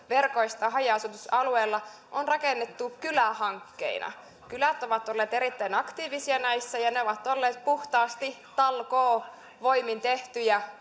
verkoista haja asutusalueilla on rakennettu kylähankkeina kylät ovat olleet erittäin aktiivisia näissä ja ne ovat olleet puhtaasti talkoovoimin tehtyjä